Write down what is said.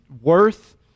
worth